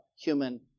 human